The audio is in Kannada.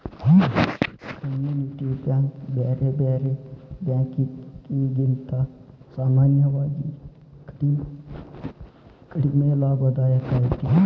ಕಮ್ಯುನಿಟಿ ಬ್ಯಾಂಕ್ ಬ್ಯಾರೆ ಬ್ಯಾರೆ ಬ್ಯಾಂಕಿಕಿಗಿಂತಾ ಸಾಮಾನ್ಯವಾಗಿ ಕಡಿಮಿ ಲಾಭದಾಯಕ ಐತಿ